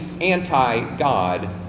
anti-God